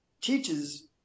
teaches